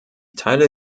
teile